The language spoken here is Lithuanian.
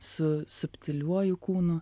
su subtiliuoju kūnu